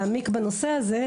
להעמיק בנושא הזה,